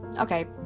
Okay